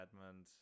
Edmund